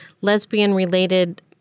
lesbian-related